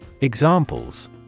Examples